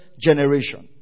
generation